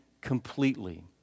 Completely